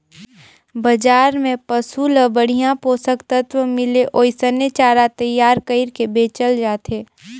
बजार में पसु ल बड़िहा पोषक तत्व मिले ओइसने चारा तईयार कइर के बेचल जाथे